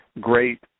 great